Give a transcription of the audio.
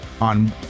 on